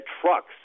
trucks